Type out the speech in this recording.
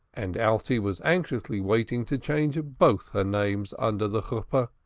and alte was anxiously waiting to change both her names under the chuppah,